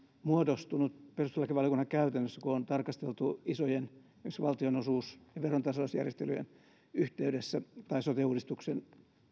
muodostunut perustuslakivaliokunnan käytännössä kun on tarkasteltu isojen esimerkiksi valtionosuus ja verontasausjärjestelyjen yhteydessä tai sote uudistuksen